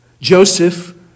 Joseph